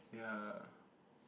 ya